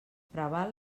preval